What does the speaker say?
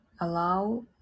Allow